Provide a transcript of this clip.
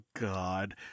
God